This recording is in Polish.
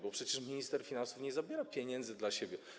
Bo przecież minister finansów nie zabiera pieniędzy dla siebie.